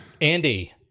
Andy